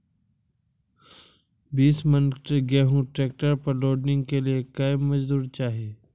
बीस मन गेहूँ ट्रैक्टर पर लोडिंग के लिए क्या मजदूर चाहिए?